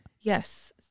Yes